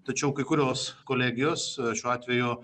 tačiau kai kurios kolegijos šiuo atveju